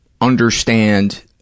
understand